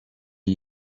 gli